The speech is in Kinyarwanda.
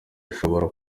ashobora